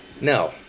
No